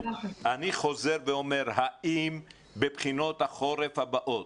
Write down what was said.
האם בבחינות החורף הבאות,